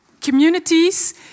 Communities